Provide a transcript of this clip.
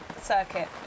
circuit